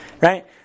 right